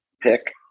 pick